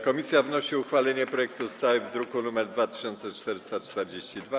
Komisja wnosi o uchwalenie projektu ustawy z druku nr 2442.